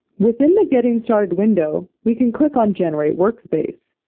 within the getting started window, we can click on generate workspace.